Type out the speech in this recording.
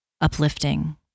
uplifting